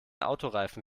autoreifen